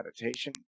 meditation